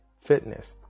fitness